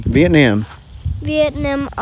Vietnam